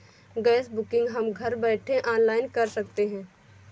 gas booking हम घर बैठे ऑनलाइन कर सकते है